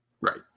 Right